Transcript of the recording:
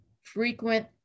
frequent